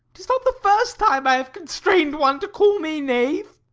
tis not the first time i have constrain'd one to call me knave.